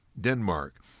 Denmark